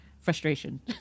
frustration